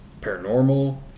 paranormal